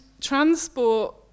transport